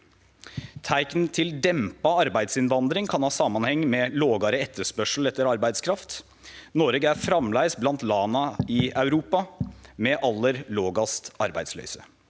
Teikn til dempa arbeidsinnvandring kan ha samanheng med lågare etterspørsel etter arbeidskraft. Noreg er framleis blant landa i Europa med den aller lågaste arbeidsløysa.